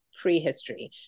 prehistory